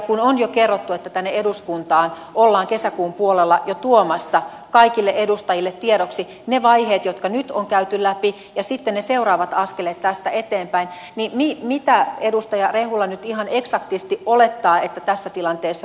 kun on jo kerrottu että tänne eduskuntaan ollaan kesäkuun puolella jo tuomassa kaikille edustajille tiedoksi ne vaiheet jotka nyt on käyty läpi ja sitten ne seuraavat askeleet tästä eteenpäin niin mitä edustaja rehula nyt ihan eksaktisti olettaa että tässä tilanteessa voi sanoa